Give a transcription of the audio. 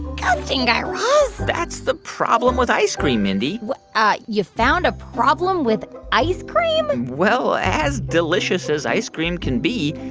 kind of guy raz that's the problem with ice cream, mindy you found a problem with ice cream? well, as delicious as ice cream can be,